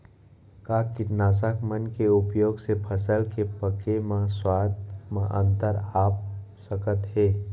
का कीटनाशक मन के उपयोग से फसल के पके म स्वाद म अंतर आप सकत हे?